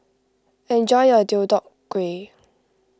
enjoy your Deodeok Gui